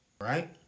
right